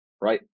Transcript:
right